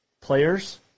players